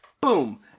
boom